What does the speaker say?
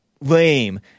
lame